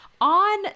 on